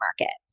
market